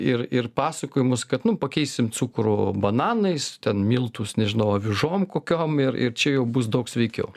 ir ir pasakojimus kad nu pakeisim cukrų bananais ten miltus nežinau avižom kokiom ir ir čia jau bus daug sveikiau